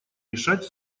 решать